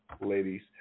ladies